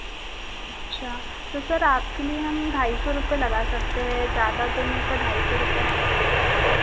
अच्छा तो सर आपके लिए हम ढाई सौ रुपये ज़्यादा तो नहीं पर ढाई सौ रुपये